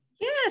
Yes